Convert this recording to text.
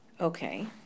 Okay